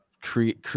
create